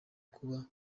kuba